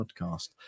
Podcast